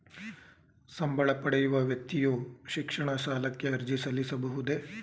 ಸಂಬಳ ಪಡೆಯುವ ವ್ಯಕ್ತಿಯು ಶಿಕ್ಷಣ ಸಾಲಕ್ಕೆ ಅರ್ಜಿ ಸಲ್ಲಿಸಬಹುದೇ?